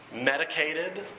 medicated